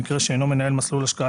ובמקרה שאינו מנהל מסלול השקעה,